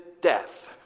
death